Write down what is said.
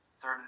Third